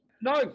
No